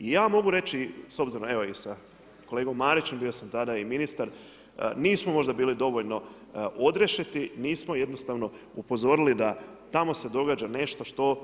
I ja mogu reći, s obzirom da evo i sa kolegom Marićem, bio sam tada i ministar, nismo možda bili dovoljno odrešiti, nismo jednostavno upozorili da tamo se događa nešto što